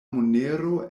monero